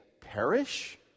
perish